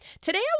Today